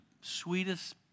sweetest